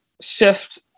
shift